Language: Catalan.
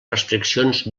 restriccions